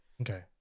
okay